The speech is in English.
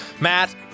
matt